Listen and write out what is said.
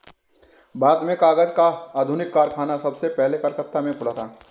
भारत में कागज का आधुनिक कारखाना सबसे पहले कलकत्ता में खुला था